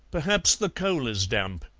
perhaps the coal is damp.